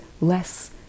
less